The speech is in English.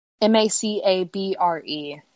M-A-C-A-B-R-E